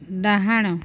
ଡାହାଣ